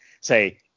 say